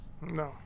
No